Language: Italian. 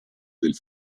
del